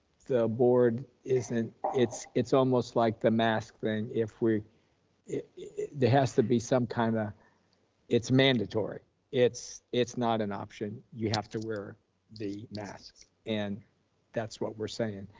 the board isn't, it's it's almost like the mask thing. if we there has to be some kind of ah it's mandatory it's it's not an option, you have to wear the mask. and that's what we're saying.